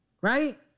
right